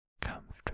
comfortable